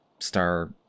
star